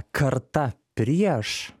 karta prieš